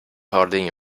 holding